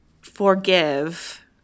forgive